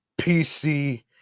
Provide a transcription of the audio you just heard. pc